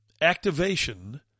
activation